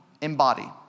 embody